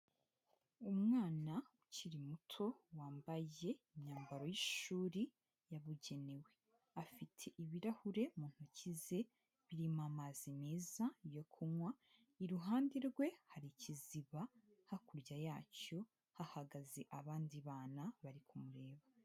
Umwana ukiri muto wambaye imyambaro y'ishuri yabugenewe. Afite ibirahure mu ntoki ze birimo amazi meza yo kunywa, iruhande rwe hari ikiziba, hakurya yacyo hahagaze abandi bana bari kumureba.